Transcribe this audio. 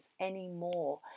anymore